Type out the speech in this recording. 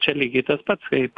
čia lygiai tas pats kaip